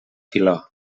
filó